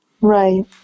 Right